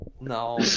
No